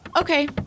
Okay